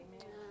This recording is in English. Amen